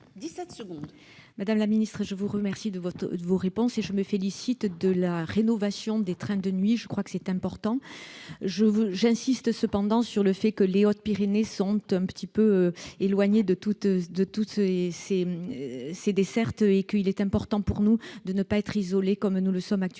madame la ministre, de vos réponses, et je me félicite de la rénovation des trains de nuit ; je crois que c'est important. J'insiste toutefois sur le fait que les Hautes-Pyrénées sont un petit peu éloignées de toutes ces dessertes et qu'il est important pour nous d'être moins isolés que nous ne le sommes actuellement.